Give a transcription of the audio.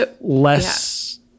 less